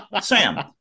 Sam